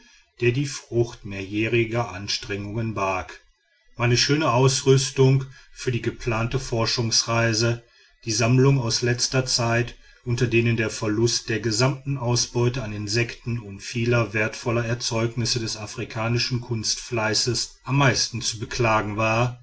der die frucht mehrjähriger anstrengungen barg meine schöne ausrüstung für die geplante forschungsreise die sammlungen aus letzter zeit unter denen der verlust der gesamten ausbeute an insekten und vieler wertvoller erzeugnisse des afrikanischen kunstfleißes am meisten zu beklagen war